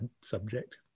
subject